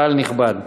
קהל נכבד,